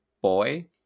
boy